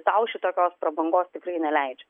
tau šitokios prabangos tikrai neleidžia